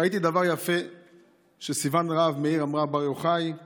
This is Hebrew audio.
ראיתי דבר יפה שסיון רהב-מאיר אמרה: "בר יוחאי /